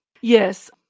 yes